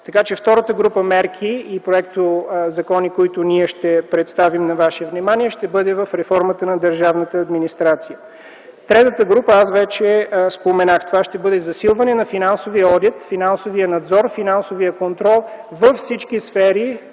Така, че втората група мерки и проектозакони, които ние ще представим на вашето внимание ще бъде в реформата на държавната администрация. Третата група, аз вече споменах, това ще бъде засилване на финансовия одит, финансовия надзор, финансовия контрол във всички сфери